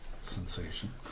sensation